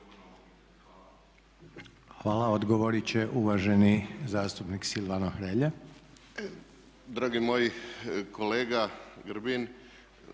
Hvala. Odgovorit će uvaženi zastupnik Silvano Hrelja.